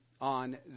on